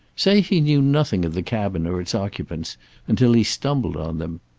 say he knew nothing of the cabin or its occupants until he stumbled on them.